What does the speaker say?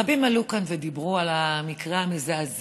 רבים עלו כאן ודיברו על המקרה המזעזע,